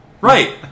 Right